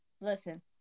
Listen